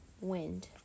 Wind